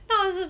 now also